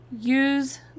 Use